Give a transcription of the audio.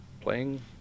playing